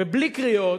ובלי קריאות,